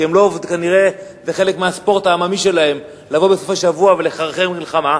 כי כנראה זה חלק מהספורט העממי שלהם לבוא בסופי-שבוע ולחרחר מלחמה.